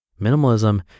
Minimalism